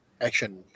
action